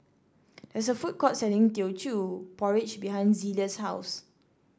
there is a food court selling Teochew Porridge behind Zelia's house